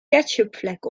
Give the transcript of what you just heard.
ketchupvlek